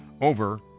over